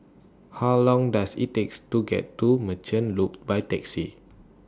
How Long Does IT takes to get to Merchant Loop By Taxi